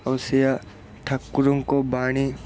ଆଉ ସେଇଆ ଠାକୁରଙ୍କ ବାଣୀ